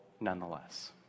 nonetheless